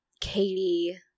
Katie